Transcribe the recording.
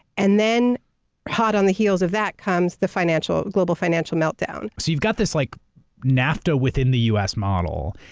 and then hot on the heels of that comes the financial, global financial meltdown. so you're got this like nafta within the u. s. model,